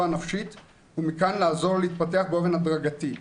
הנפשית ומכאן לעזור לו להתפתח באופן הדרגתי.